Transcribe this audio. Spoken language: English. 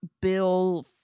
bill